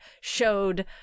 showed